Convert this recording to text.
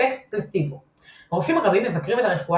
אפקט פלצבו – רופאים רבים מבקרים את הרפואה